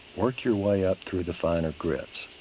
work your way up through the finer grits.